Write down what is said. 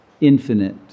infinite